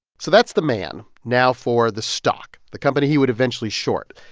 so that's the man. now, for the stock, the company he would eventually short.